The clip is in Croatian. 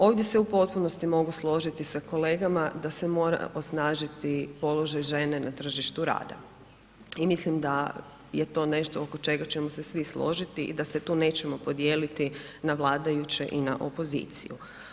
Ovdje se u potpunosti mogu složiti s kolegama da se mora osnažiti položaj žene na tržištu rada i mislim da je to nešto oko čega ćemo se svi složiti i da se tu nećemo podijeliti na vladajuće i na opoziciju.